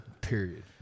Period